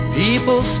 people